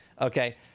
okay